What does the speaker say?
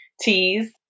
teas